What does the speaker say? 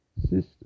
system